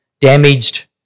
damaged